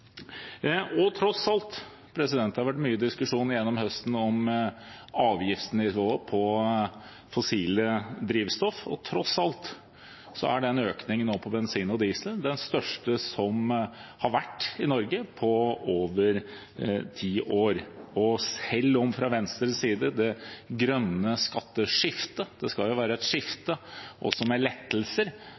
drivstoff. Tross alt er økningen nå på bensin og diesel den største som har vært i Norge på over ti år. Selv om det grønne skatteskiftet – det skal jo også være et skifte med lettelser – fra Venstres side kunne vært større, er dette et budsjett som går i riktig retning. Men kanskje det viktigste med